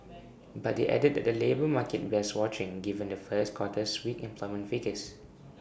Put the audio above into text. but they added that the labour market bears watching given the first quarter's weak employment figures